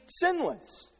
sinless